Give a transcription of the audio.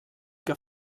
que